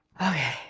Okay